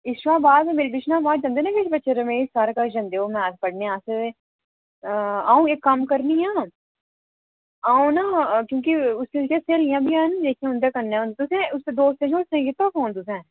अच्छा मेरी ट्यूशनां बाद जंदे न किश बच्चे रमेश सर कोल जंदे न ओह् मैथ पढ़ने आस्ते ते अ'ऊं इक कम्म करनी आं ना अ'ऊं ना क्योकि उस च उसदियां स्हेलियां बी हैन न केह् पता उं'दे कन्नै होऐ तुसें उसदे दोस्तें शोस्तें गी कीता फोन तुसें